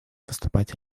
выступать